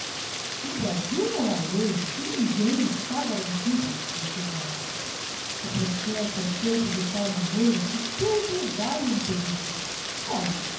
no brasil não ha lei e ninguém está garantido continuava o processo é feito de tal maneira que tudo vae em perigo olhe